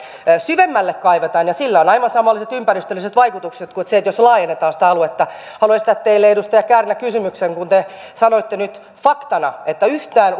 syvemmälle kaivetaan ja sillä on aivan samanlaiset ympäristölliset vaikutukset kuin sillä jos laajennetaan sitä aluetta haluan esittää teille edustaja kärnä kysymyksen kun te sanoitte nyt faktana että yhtään